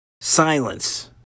Silence